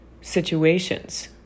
situations